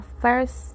first